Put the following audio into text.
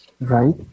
right